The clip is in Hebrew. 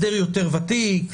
א' הסדר יותר ותיק,